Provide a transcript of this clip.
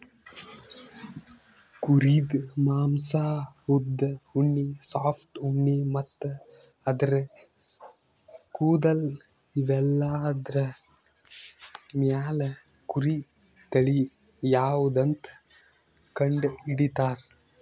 ಕುರಿದ್ ಮಾಂಸಾ ಉದ್ದ್ ಉಣ್ಣಿ ಸಾಫ್ಟ್ ಉಣ್ಣಿ ಮತ್ತ್ ಆದ್ರ ಕೂದಲ್ ಇವೆಲ್ಲಾದ್ರ್ ಮ್ಯಾಲ್ ಕುರಿ ತಳಿ ಯಾವದಂತ್ ಕಂಡಹಿಡಿತರ್